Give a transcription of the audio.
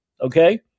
Okay